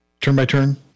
Turn-by-turn